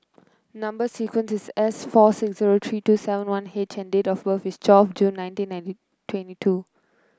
number sequence is S four six zero three two seven one H and date of birth is twelve June nineteen nineteen twenty two